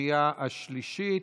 לקריאה השלישית.